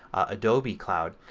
adobe cloud.